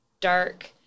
dark